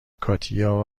کاتیا